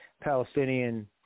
Palestinian